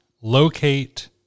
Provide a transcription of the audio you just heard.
locate